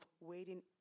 waiting